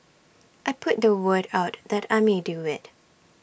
I put the word out that I may do IT